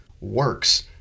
works